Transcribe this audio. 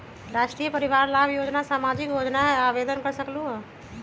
राष्ट्रीय परिवार लाभ योजना सामाजिक योजना है आवेदन कर सकलहु?